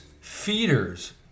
feeders